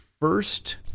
first